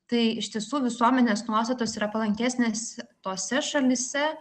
tai iš tiesų visuomenės nuostatos yra palankesnės tose šalyse